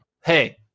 hey